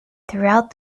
throughout